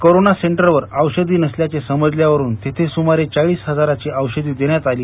corona सेंटरवर औषधी नसल्याचे समजल्यावरून तिथे सुमारे चाळीस हजारांची औषधे देण्यात आली